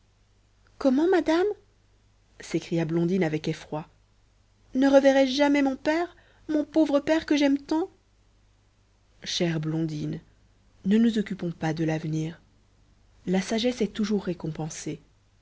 comment madame s'écria blondine avec effroi ne reverrai-je jamais mon père mon pauvre père que j'aime tant chère blondine ne nous occupons pas de l'avenir la sagesse est toujours récompensée